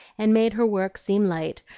and made her work seem light,